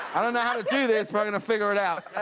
i don't know how to do this but i'm going to figure it out!